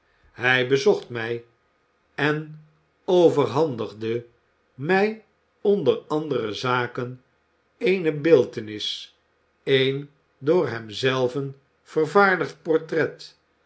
hij bezocht mij en overhandigde mij onder andere zaken eene beeltenis een door hem zelven vervaardigd portret